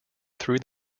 through